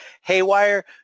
haywire